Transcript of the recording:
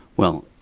well,